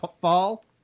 fall